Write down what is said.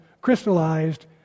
crystallized